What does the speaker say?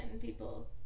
people